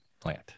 plant